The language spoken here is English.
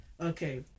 Okay